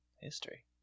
history